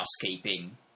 housekeeping